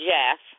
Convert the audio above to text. Jeff